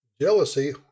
Jealousy